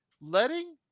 letting